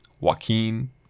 Joaquin